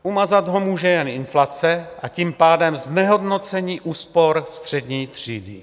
Umazat ho může jen inflace, a tím pádem znehodnocení úspor střední třídy.